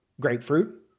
grapefruit